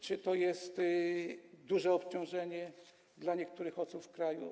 Czy to jest duże obciążenie dla niektórych osób w kraju?